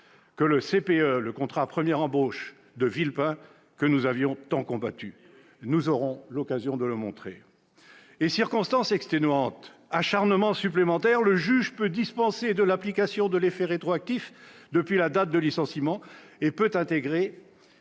Villepin, ce contrat première embauche que nous avions tant combattu. Eh oui ! Nous aurons l'occasion de le montrer. Circonstance « exténuante », acharnement supplémentaire, le juge peut dispenser de l'application de l'effet rétroactif à compter de la date du licenciement et intégrer